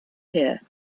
here